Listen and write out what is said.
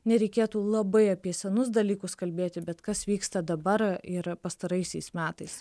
nereikėtų labai apie senus dalykus kalbėti bet kas vyksta dabar yra pastaraisiais metais